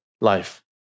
life